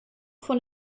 von